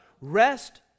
Rest